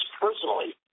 personally